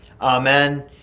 Amen